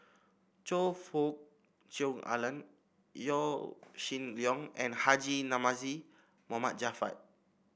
Choe Fook Cheong Alan Yaw Shin Leong and Haji Namazie Mohd Javad